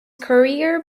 career